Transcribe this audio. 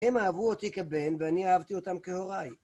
הם אהבו אותי כבן ואני אהבתי אותם כהוריי.